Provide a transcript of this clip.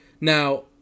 Now